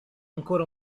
ancora